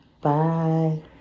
Bye